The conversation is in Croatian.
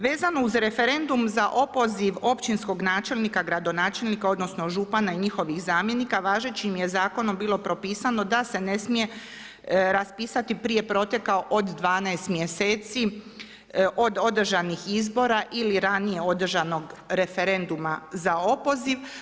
Vezano uz referendum za opoziv općinskog načelnika, gradonačelnika, odnosno župana i njihovih zamjenika važećim je zakonom bilo propisano da se ne smije raspisati prije proteka od 12 mjeseci od održanih izbora ili ranije održanog referenduma za opoziv.